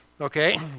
Okay